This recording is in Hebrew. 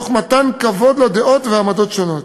תוך מתן כבוד לדעות ועמדות שונות.